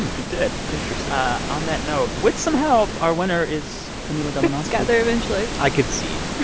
it did interesting ah on that note, with some help, our winner is camila domonoske got there eventually i concede